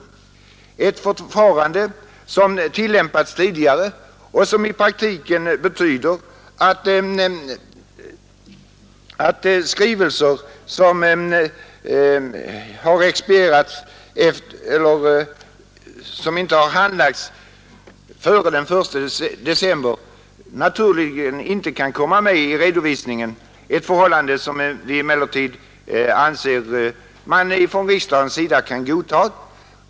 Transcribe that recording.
Det är ett förfarande som tillämpats tidigare och som i praktiken betyder att skrivelser som inte handlagts före den 1 december inte kan komma med i redovisningen. Vi anser emellertid att riksdagen kan godta ett sådant förhållande.